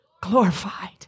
Glorified